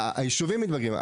מתבגרים.